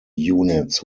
units